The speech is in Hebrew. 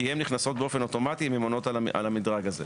כי הן נכנסות באופן אוטומטי אם הן עונות על המדרג הזה,